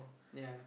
yeah